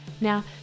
Now